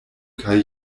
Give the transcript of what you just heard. kaj